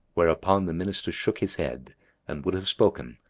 hereupon the minister shook his head and would have spoken,